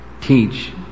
teach